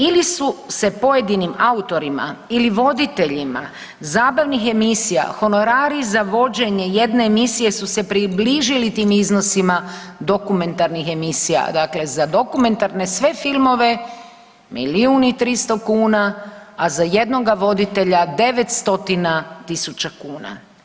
Ili su se pojedinim autorima ili voditeljima zabavnih emisija honorari za vođenje jedne emisije su se približili tim iznosima dokumentarnih emisija, dakle za dokumentarne sve filmove milijun i 300 kuna, a za jednoga voditelja 9 stotina tisuća kuna.